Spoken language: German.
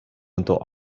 unter